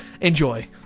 Enjoy